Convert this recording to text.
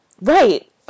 Right